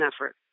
effort